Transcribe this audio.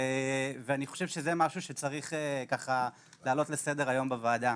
אני חושב שזה משהו שצריך לעלות לסדר-היום בוועדה.